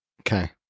Okay